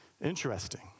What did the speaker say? Interesting